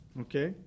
Okay